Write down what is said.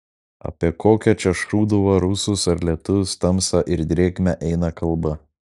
apie kokią čia šūduvą rusus ar lietuvius tamsą ir drėgmę eina kalba